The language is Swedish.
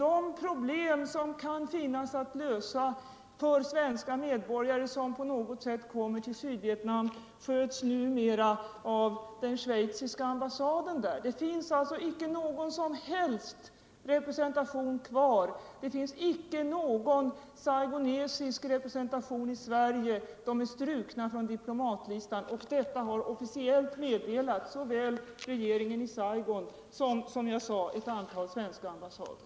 De problem som kan finnas att lösa för svenska I medborgare som på något sätt kommer till Sydvietnam sköts numera = Diplomatiska av den schweiziska ambassaden där. Det finns icke någon som helst = förbindelser med saigonesisk representation kvar i Sverige. Saigons företrädare är strukna = vissa regeringar från diplomatlistan, och detta har officiellt meddelats såväl regeringen i Saigon som, som jag sade, ett antal svenska ambassader.